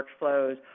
workflows